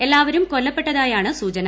എല്ലാവരും കൊല്ലപ്പെട്ടതായാണ് സൂചന